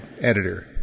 editor